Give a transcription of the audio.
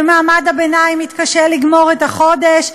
שמעמד הביניים מתקשה לגמור את החודש.